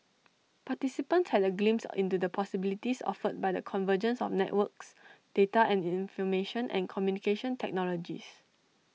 participants had A glimpse into the possibilities offered by the convergence of networks data and information and communication technologies